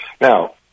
Now